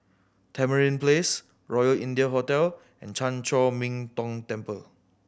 Tamarind Place Royal India Hotel and Chan Chor Min Tong Temple